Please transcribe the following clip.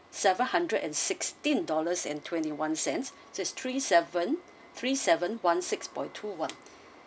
seven hundred and sixteen dollars and twenty one cents so it's three seven three seven one six point two one